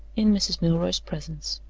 in mrs. milroy's presence.